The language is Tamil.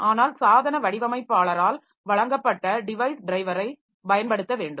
ஆனால் சாதன வடிவமைப்பாளரால் வழங்கப்பட்ட டிவைஸ் டிரைவரை பயன்படுத்த வேண்டும்